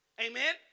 Amen